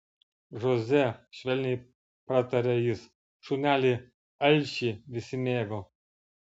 žoze švelniai prataria jis šunelį alšį visi mėgo